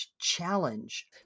challenge